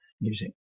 music